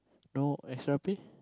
no extra pay